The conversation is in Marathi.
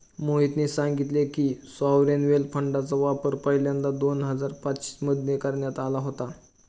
मोहितने सांगितले की, सॉवरेन वेल्थ फंडचा वापर पहिल्यांदा दोन हजार पाच मध्ये करण्यात आला होता